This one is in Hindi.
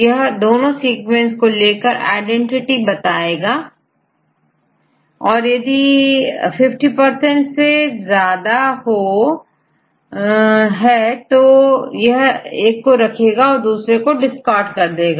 यह दोनों सीक्वेंस को चेक कर यह देखेंगे की 50 आईडेंटिटी है या नहीं यदि ज्यादा हो तो डिस्कार्ड कर देंगे